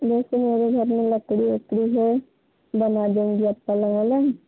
जैसे मेरे घर में लकड़ी वकड़ी है बना देंगी आप पलंग वलंग